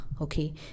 okay